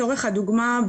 לצורך הדוגמה,